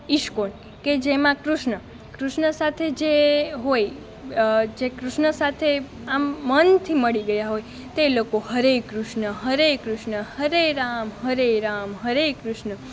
ISKCON કે જેમાં કૃષ્ણ કૃષ્ણ સાથે જે હોય જે કૃષ્ણ સાથે આમ મનથી મળી ગયા હોય તે લોકો હરે કૃષ્ણ હરે કૃષ્ણ હરે રામ હરે રામ હરે કૃષ્ણ